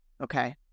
Okay